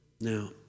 Now